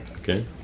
okay